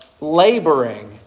laboring